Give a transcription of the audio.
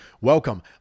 Welcome